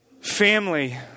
family